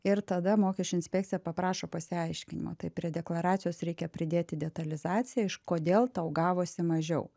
ir tada mokesčių inspekcija paprašo pasiaiškinimo tai prie deklaracijos reikia pridėti detalizaciją kodėl tau gavosi mažiau